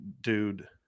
dude